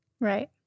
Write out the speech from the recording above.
right